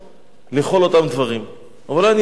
לכל אותם דברים, אבל אולי אתחיל